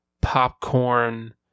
popcorn